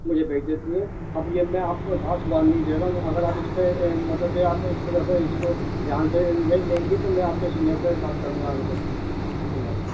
مجھے بھیج دیتی ہیں اب یہ میں آپ کو لاسٹ وارننگ دے رہا ہوں اگر آپ اس پہ مطلب یہ تھوڑا سا اس کو دھیان سے نہیں لیں گی تو میں آپ کے سینئر سے بات کروں گا آن کے بس